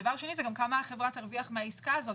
דבר שני כמה החברה תרוויח מהעסקה הזאת?